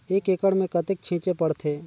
एक एकड़ मे कतेक छीचे पड़थे?